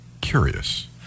curious